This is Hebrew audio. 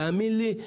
תאמין לי,